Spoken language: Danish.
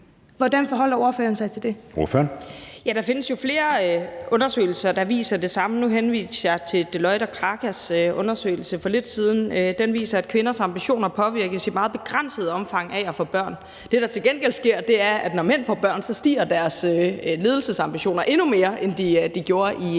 17:34 Trine Bramsen (S): Der findes jo flere undersøgelser, der viser det samme. Nu henviste jeg for lidt siden til Deloitte og Krakas undersøgelse. Den viser, at kvinders ambitioner påvirkes i meget begrænset omfang af at få børn. Det, der til gengæld sker, er, at når mænd får børn, så stiger deres ledelsesambitioner endnu mere, end de var i